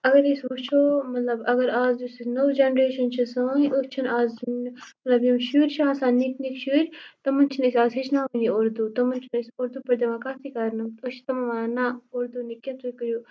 اگر أسۍ وٕچھو مطلب اگر آز یۄس یہِ نٔو جَنریشَن چھِ سٲنۍ أسۍ چھِنہٕ آز مطلب یِم شُرۍ چھِ آسان نِکۍ نِکۍ شُرۍ تُمَن چھِنہٕ أسۍ آز ہیٚچھناوٲنی اردوٗ تمَن أسۍ چھِنہٕ اردوٗ پٲٹھۍ دِوان کَتھٕے کَرنہٕ أسۍ چھِ تِمَن وَنان نہ اردوٗ نہٕ کیٚنٛہہ تُہۍ کٔرِو